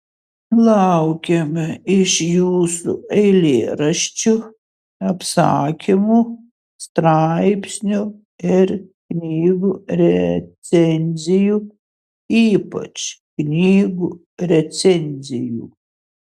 laukiame iš jūsų eilėraščių apsakymų straipsnių ir knygų recenzijų ypač knygų recenzijų